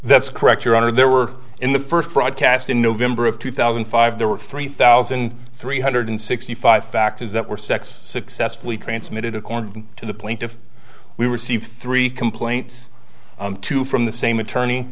that's correct your honor there were in the first broadcast in november of two thousand and five there were three thousand three hundred sixty five factors that were sex successfully transmitted according to the plaintiff we received three complaints two from the same attorney